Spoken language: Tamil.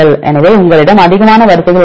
எனவே உங்களிடம் அதிகமான வரிசைகள் உள்ளன